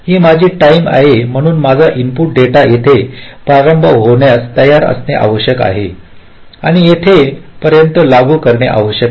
ही माझी टाईम आहे म्हणून माझा इनपुट डेटा येथून प्रारंभ होण्यास तयार असणे आवश्यक आहे आणि येथे पर्यंत लागू करणे आवश्यक आहे